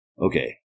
Okay